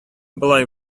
болай